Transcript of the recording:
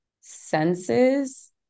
senses